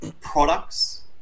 products